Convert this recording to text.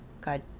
God